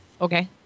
Okay